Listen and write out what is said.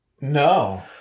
No